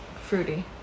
fruity